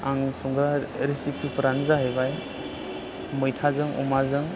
आं संग्रा रिसिफिफ्रानो जाहैबाय मैथाजों अमाजों